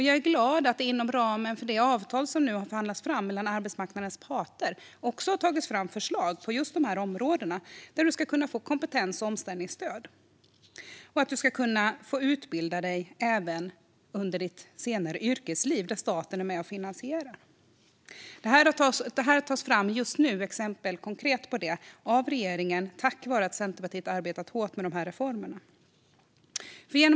Jag är glad att det inom ramen för det avtal som har förhandlats fram mellan arbetsmarknadens parter också har tagits fram förslag på just dessa områden för kompetens och omställningsstöd. Du ska kunna utbilda dig även senare under yrkeslivet med stöd av statlig finansiering. Regeringen tar just nu fram konkreta exempel tack vare att Centerpartiet har arbetat hårt för dessa reformer.